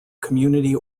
community